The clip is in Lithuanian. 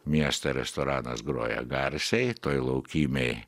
mieste restoranas groja garsiai toj laukymėj